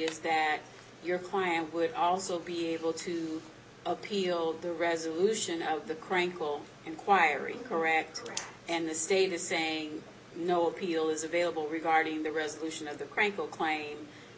is that your client would also be able to appeal the resolution of the crank call inquiry correct and the state is saying no appeal is available regarding the resolution of the crank will claim